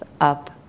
up